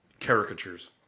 caricatures